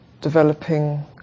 developing